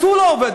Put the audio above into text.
אז הוא לא עובד,